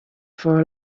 for